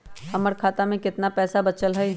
हमर खाता में केतना पैसा बचल हई?